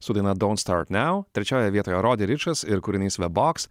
su daina dont start now trečioje vietoje rodi ričas ir kūrinys the box